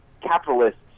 capitalists